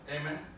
Amen